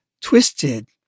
twisted